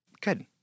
Good